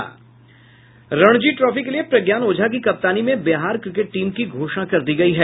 Ranji trophy के लिए प्रज्ञान ओझा की कप्तानी में बिहार क्रिकेट टीम की घोषणा कर दी गयी है